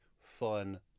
fun